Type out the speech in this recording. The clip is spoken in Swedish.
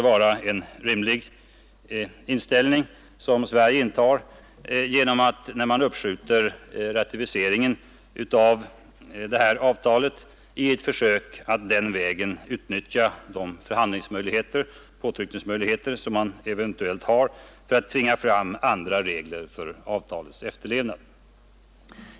Det är en rimlig inställning som Sverige intar genom att uppskjuta ratificeringen av avtalet i ett försök att den vägen utnyttja de påtryckningsmöjligheter som man eventuellt har för att därigenom tvinga fram andra regler för avtalets efterlevnad.